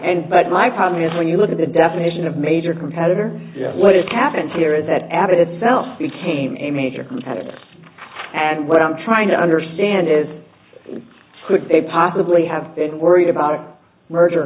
end but my comment is when you look at the definition of major competitor what has happened here is that abbott itself became a major competitor and what i'm trying to understand is could they possibly have been worried about a merger